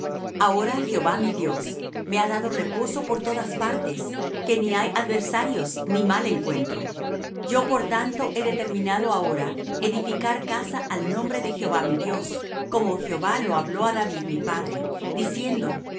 ahora jehová mi dios me ha dado reposo por todas partes que ni hay adversarios ni mal encuentro yo por tanto he determinado ahora edificar casa al nombre de jehová mi dios como jehová lo habló á david mi padre diciendo